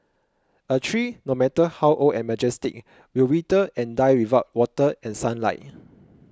a tree no matter how old and majestic will wither and die without water and sunlight